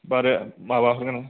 माबा होगोन आं